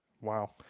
wow